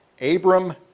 Abram